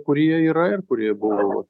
kurie yra ir kurie buvo va